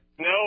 No